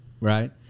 Right